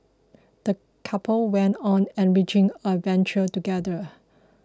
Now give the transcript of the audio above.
the couple went on an enriching adventure together